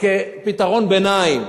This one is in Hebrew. כפתרון ביניים.